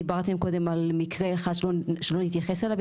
דיברתם מקודם על מקרה אחד שלא נתייחס אליו,